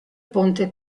ponte